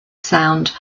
sound